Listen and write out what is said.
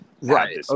Right